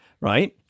Right